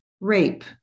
rape